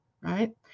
right